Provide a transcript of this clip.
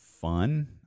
fun